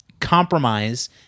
compromise